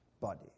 body